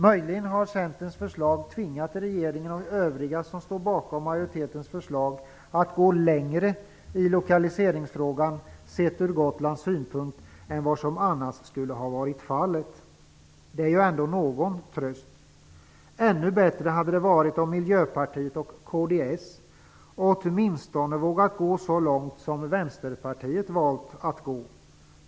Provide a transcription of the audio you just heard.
Möjligen har Centerns förslag tvingat regeringen och övriga som står bakom majoritetens förslag att gå längre i lokaliseringsfrågan, sett ur Gotlands synpunkt, än vad som annars skulle ha varit fallet. Det är ändå någon tröst. Ännu bättre hade det varit om Miljöpartiet och kds åtminstone hade vågat gå så långt som Vänsterpartiet har valt att gå.